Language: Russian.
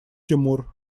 тимур